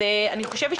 ראינו,